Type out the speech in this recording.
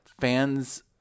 fans